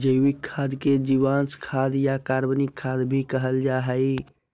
जैविक खाद के जीवांश खाद या कार्बनिक खाद भी कहल जा हइ